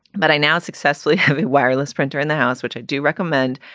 but i now successfully have a wireless printer in the house, which i do recommend.